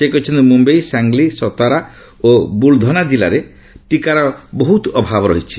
ସେ କହିଛନ୍ତି ମୁମ୍ବାଇ ସାଙ୍ଗ୍ଲି ସତାରା ଓ ବୁଲ୍ଧନା ଜିଲ୍ଲାରେ ଟିକାର ବହୁତ ଅଭାବ ରହିଛି